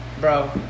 Bro